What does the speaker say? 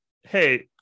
Hey